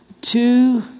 two